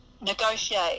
negotiate